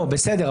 בסדר.